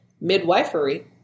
midwifery